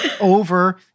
over